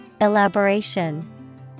Elaboration